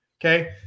Okay